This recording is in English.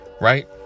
right